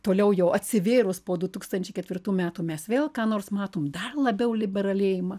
toliau jau atsivėrus po du tūkstančiai ketvirtų metų mes vėl ką nors matom dar labiau liberalėjimą